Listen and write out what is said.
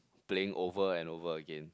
playing over and over again